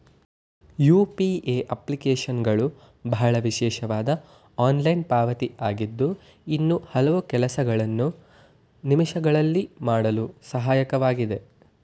UPA ಅಪ್ಲಿಕೇಶನ್ಗಳು ಬಹಳ ವಿಶೇಷವಾದ ಆನ್ಲೈನ್ ಪಾವತಿ ಆಗಿದ್ದು ಇನ್ನೂ ಹಲವು ಕೆಲಸಗಳನ್ನು ನಿಮಿಷಗಳಲ್ಲಿ ಮಾಡಲು ಸಹಾಯಕವಾಗಿದೆ